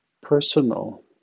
personal